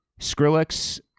Skrillex